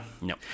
No